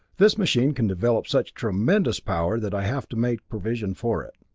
this machine can develop such tremendous power that i have to make provision for it.